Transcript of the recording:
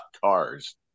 cars